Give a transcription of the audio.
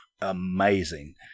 amazing